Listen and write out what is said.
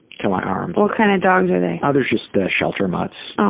to my arms. what kind of dogs are they? oh, they're just ah shelter mutts,